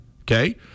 okay